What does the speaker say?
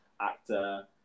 actor